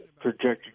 projected